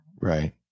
right